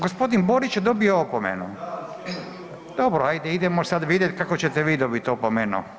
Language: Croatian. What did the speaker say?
G. Borić je dobio opomenu. ... [[Upadica se ne čuje.]] dobro, ajde idemo sada vidjeti kako ćete vi dobiti opomenu.